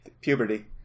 Puberty